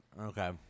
Okay